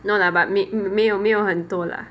no lah but 没有没有很多 lah